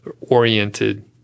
oriented